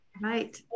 Right